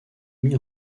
mis